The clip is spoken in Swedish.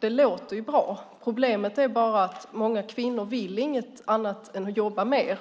Det låter ju bra. Problemet är att många kvinnor inte vill annat än att jobba mer.